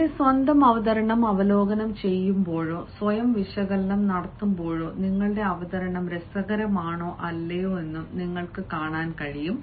നിങ്ങളുടെ സ്വന്തം അവതരണം അവലോകനം ചെയ്യുമ്പോഴോ സ്വയം വിശകലനം നടത്തുമ്പോഴോ നിങ്ങളുടെ അവതരണം രസകരമാണോ അല്ലയോ എന്നും നിങ്ങൾക്ക് കാണാൻ കഴിയും